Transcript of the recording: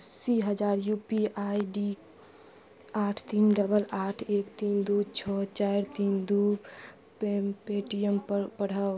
अस्सी हजार U P I D आठ तीन डबल आठ एक तीन दुइ छओ चारि तीन दुइ पेन पेटीएमपर पठाउ